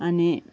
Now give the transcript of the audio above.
अनि